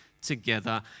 together